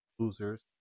Losers